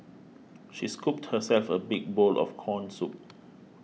she scooped herself a big bowl of Corn Soup